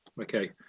Okay